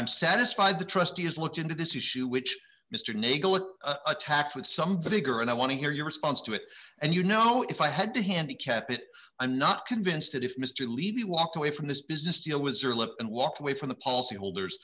i'm satisfied the trustee has looked into this issue which mr nadler attacked with some vigor and i want to hear your response to it and you know if i had to handicap it i'm not convinced that if mr levy walked away from this business deal with your lip and walked away from the policyholders